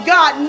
God